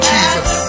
Jesus